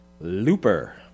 Looper